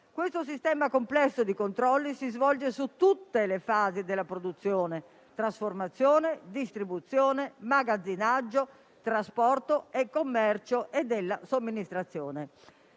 Questo sistema complesso di controlli si svolge su tutte le fasi della produzione, trasformazione, distribuzione, magazzinaggio, trasporto e commercio e della somministrazione.